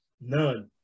None